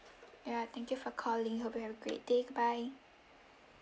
yeah thank you for calling hope you have a great day goodbye